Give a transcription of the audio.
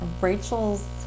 Rachel's